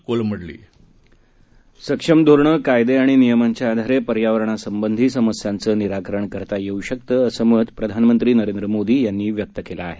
कोलमडली सक्षम धोरण कायदे आणि नियमांच्या आधारे पर्यावरणासंबंधी समस्याचं निराकरण करता येऊ शकतं असं मत प्रधानमंत्री नरेंद्र मोदी यांनी व्यक्त केलं आहे